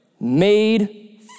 made